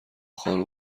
خانمها